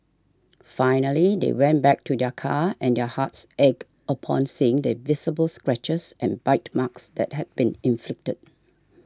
finally they went back to their car and their hearts ached upon seeing the visible scratches and bite marks that had been inflicted